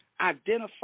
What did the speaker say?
Identify